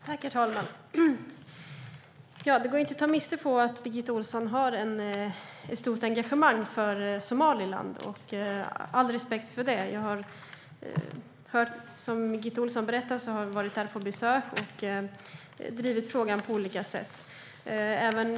Herr talman! Det går inte att ta miste på Birgitta Ohlssons stora engagemang för Somaliland. All respekt för det! Jag har precis som Birgitta Ohlsson varit där på besök och drivit frågan på olika sätt.